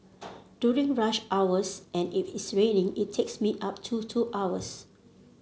during rush hours and if it's raining it takes me up to two hours